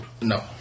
No